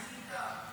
אני איתך.